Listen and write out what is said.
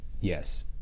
Yes